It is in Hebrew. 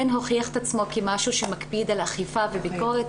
הוכיח את עצמו כמשהו שמקפיד על אכיפה וביקורת,